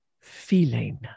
feeling